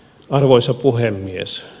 arvoisa puhemies